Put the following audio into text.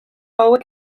hauek